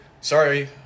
Sorry